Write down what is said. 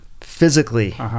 physically